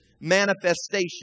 manifestation